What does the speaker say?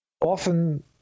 often